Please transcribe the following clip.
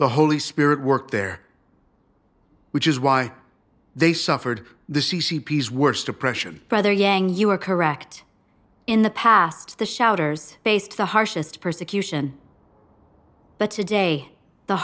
the holy spirit work there which is why they suffered the c c p is worse depression brother yang you are correct in the past the shouters faced the harshest persecution but today the